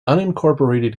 unincorporated